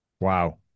Wow